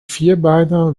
vierbeiner